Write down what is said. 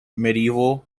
medieval